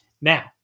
now